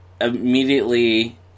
immediately